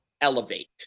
elevate